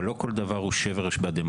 אבל לא כל דבר הוא שבר לדמוקרטיה.